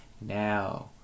now